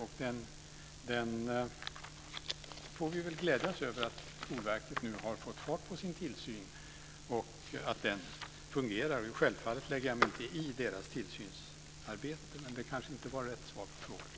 Vi får väl glädjas över att Skolverket nu har fått fart på sin tillsyn och att den fungerar. Självfallet lägger jag mig inte i deras tillsynsarbete. Men det var kanske inte rätt svar på frågan.